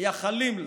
מייחלים לו,